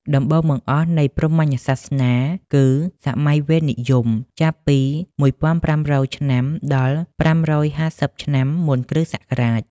ដំបូងបង្អស់នៃព្រហ្មញ្ញសាសនាគឺ សម័យវេទនិយម ចាប់ពី១៥០០ ឆ្នាំដល់ ៥៥០ ឆ្នាំមុនគ.ស។